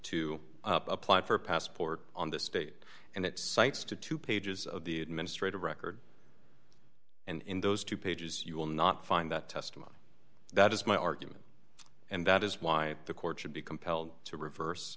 to apply for a passport on the state and it cites to two pages of the administrative record and in those two pages you will not find that testimony that is my argument and that is why the court should be compelled to reverse